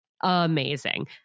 amazing